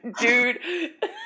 dude